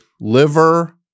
liver